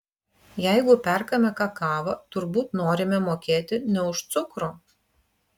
jeigu perkame kakavą turbūt norime mokėti ne už cukrų